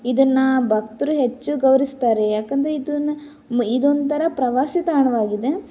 ಇದನ್ನು ಭಕ್ತರು ಹೆಚ್ಚು ಗೌರವಿಸ್ತಾರೆ ಯಾಕಂದರೆ ಇದನ್ನ ಇದೊಂಥರ ಪ್ರವಾಸಿ ತಾಣವಾಗಿದೆ